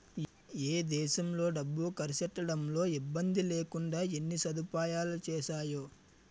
ఏ దేశంలో డబ్బు కర్సెట్టడంలో ఇబ్బందిలేకుండా ఎన్ని సదుపాయాలొచ్చేసేయో